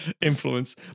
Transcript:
influence